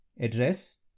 address